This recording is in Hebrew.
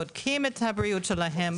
בודקים את הבריאות שלהם.